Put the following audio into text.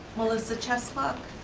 melissa cheslock.